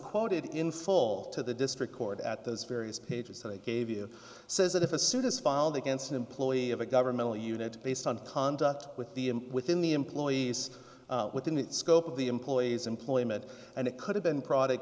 quoted in full to the district court at those various pages so they gave you says that if a suit is filed against an employee of a governmental unit based on conduct with the within the employees within the scope of the employee's employment and it could have been product